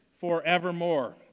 forevermore